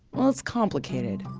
ah it's complicated.